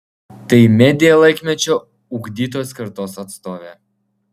tai media laikmečio ugdytos kartos atstovė